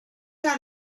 had